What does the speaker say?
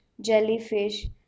jellyfish